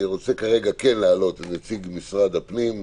אני רוצה כרגע להעלות את נציג משרד הפנים,